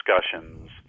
discussions